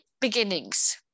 beginnings